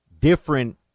different